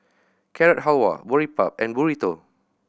Carrot Halwa Boribap and Burrito